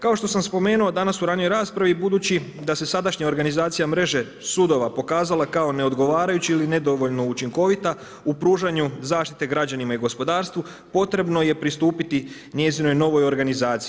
Kao što sam spomenuo danas u ranijoj raspravi budući da se sadašnja organizacija mreže sudova pokazala kao neodgovarajuća ili nedovoljno učinkovita u pružanju zaštite građanima i gospodarstvu, potrebno je pristupiti njezinoj novoj organizaciji.